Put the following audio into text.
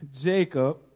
Jacob